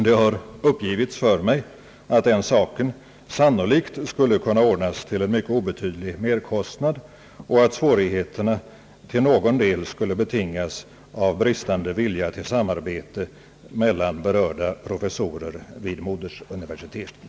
Det har uppgivits för mig att den saken sannolikt skulle kunna ordnas till en obetydlig merkostnad och att svårigheterna till någon del skulle betingas av bristande vilja till samarbete mellan berörda professorer vid moderuniversiteten.